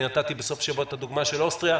אני נתתי בסוף שבוע את הדוגמה של אוסטריה.